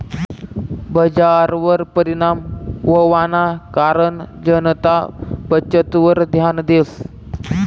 बजारवर परिणाम व्हवाना कारण जनता बचतवर ध्यान देस